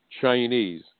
Chinese